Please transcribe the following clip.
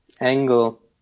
angle